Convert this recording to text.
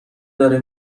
داره